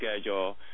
schedule